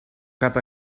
cap